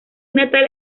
natal